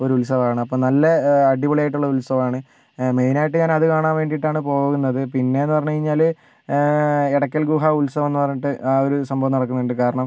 ഒരു ഉത്സവമാണ് അപ്പം നല്ല അടിപൊളിയായിട്ടുള്ള ഉത്സവമാണ് മെയിനായിട്ട് ഞാൻ അത് കാണാൻ വേണ്ടിട്ടാണ് പോകുന്നത് പിന്നെയെന്ന് പറഞ്ഞു കഴിഞ്ഞാൽ എടക്കൽ ഗുഹ ഉത്സവമെന്ന് പറഞ്ഞിട്ട് ആ ഒരു സംഭവം നടക്കുന്നുണ്ട് കാരണം